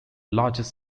largest